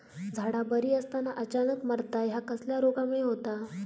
झाडा बरी असताना अचानक मरता हया कसल्या रोगामुळे होता?